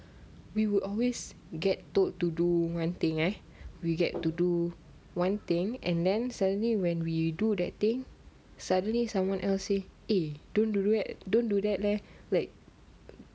we would always get told to do one thing eh we get to do one thing and then suddenly when we do that thing suddenly someone else say eh don't do it don't do that leh like